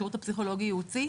שרות פסיכולוגי ייעוצי.